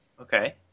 Okay